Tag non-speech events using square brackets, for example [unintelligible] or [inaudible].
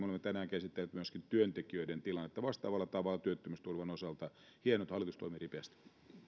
[unintelligible] olemme tänään käsitelleet myöskin työntekijöiden tilannetta vastaavalla tavalla työttömyysturvan osalta hienoa että hallitus toimii ripeästi